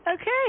Okay